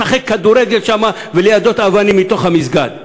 לשחק כדורגל שם וליידות אבנים מתוך המסגד,